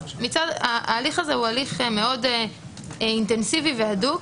ההליך הזה הוא הליך מאוד אינטנסיבי והדוק,